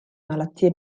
malattie